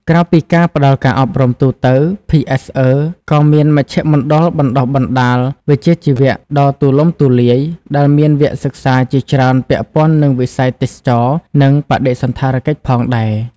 ក្រៅពីការផ្តល់ការអប់រំទូទៅ ភីអេសអឺក៏មាន មជ្ឈមណ្ឌលបណ្តុះបណ្តាលវិជ្ជាជីវៈ ដ៏ទូលំទូលាយ ដែលមានវគ្គសិក្សាជាច្រើនពាក់ព័ន្ធនឹងវិស័យទេសចរណ៍ និងបដិសណ្ឋារកិច្ចផងដែរ។